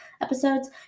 episodes